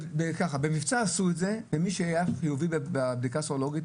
במבצע עשו את זה למי שהיה חיובי בבדיקה הסרולוגית